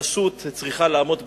רשות צריכה לעמוד בזמן.